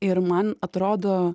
ir man atrodo